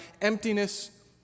emptiness